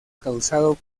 causado